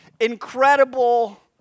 incredible